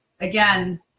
again